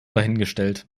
dahingestellt